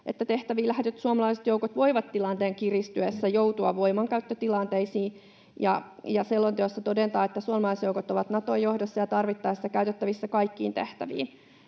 että tehtäviin lähetetyt suomalaiset joukot voivat tilanteen kiristyessä joutua voimankäyttötilanteisiin, ja selonteossa todetaan, että suomalaisjoukot ovat Naton johdossa ja tarvittaessa käytettävissä kaikkiin tehtäviin.